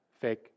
fake